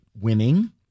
winning